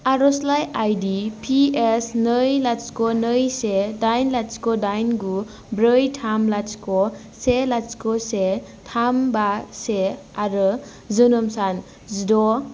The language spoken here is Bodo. आर'जलाइ आई डी पि एस नै लाथिख' नै से दाइन लाथिख' दाइन गु ब्रै थाम लाथिख' से लाथिख' से थाम बा से आरो जोनोम सान जिद'